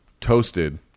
toasted